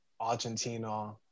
Argentina